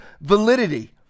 validity